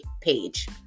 Page